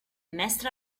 mestre